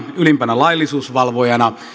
ylimpänä laillisuusvalvojana